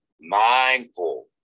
mindful